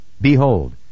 behold